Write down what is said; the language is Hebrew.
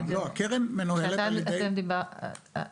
הקרן מנוהלת על ידי --- אוקיי,